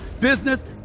business